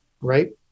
right